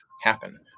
happen